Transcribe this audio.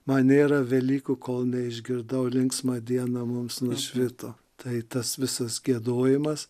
man nėra velykų kol neišgirdau linksma diena mums nušvito tai tas visas giedojimas